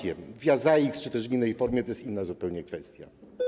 Przez ZAIKS czy w innej formie - to jest inna zupełnie kwestia.